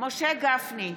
משה גפני,